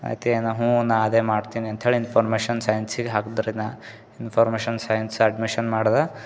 ಐತೇ ನಾ ಹ್ಞೂ ನ ಅದೇ ಮಾಡ್ತೀನಿ ಅಂಥೇಳಿ ಇನ್ಫಾರ್ಮೇಷನ್ ಸೈನ್ಸಿಗೆ ಹಾಕಿದ್ರೆನ ಇನ್ಫಾರ್ಮೇಷನ್ ಸೈನ್ಸ್ ಅಡ್ಮಿಷನ್ ಮಾಡ್ದೆ